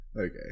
Okay